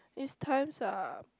it's times up